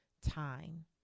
time